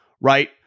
right